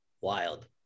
Wild